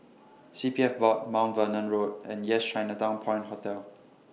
C P F Board Mount Vernon Road and Yes Chinatown Point Hotel